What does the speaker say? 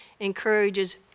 encourages